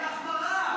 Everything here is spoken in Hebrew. אין החמרה.